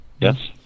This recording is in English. Yes